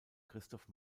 christoph